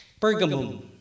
Pergamum